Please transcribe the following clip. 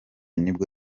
nibwo